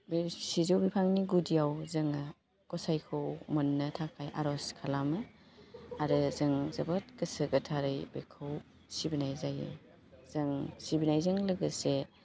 बे सिजौ बिफांनि गुदियाव जोङो गसाइखौ मोन्नो आर'ज खालामो आरो जों जोबोद गोसो गोथारै बेखौ सिबिनाय जायो जों सिबिनायजों लोगोसे